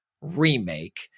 remake